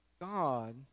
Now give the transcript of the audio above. God